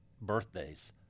birthdays